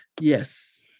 Yes